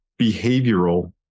behavioral